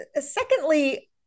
Secondly